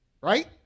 Right